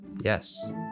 Yes